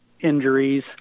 injuries